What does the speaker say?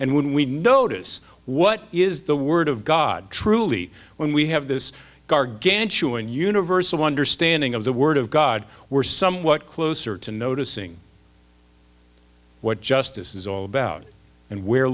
when we notice what is the word of god truly when we have this gargantuan universal understanding of the word of god we're somewhat closer to noticing what justice is all about and where